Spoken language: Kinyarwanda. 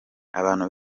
abantu